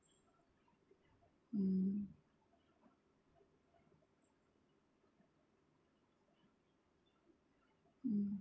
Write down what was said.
mm mm